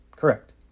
Correct